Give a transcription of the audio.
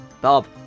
Bob